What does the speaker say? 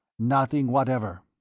nothing whatever.